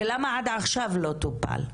ולמה עד עכשיו לא טופל.